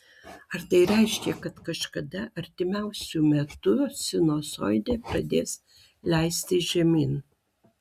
ar tai reiškia kad kažkada artimiausiu metu sinusoidė pradės leistis žemyn